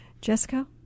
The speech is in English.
Jessica